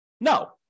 No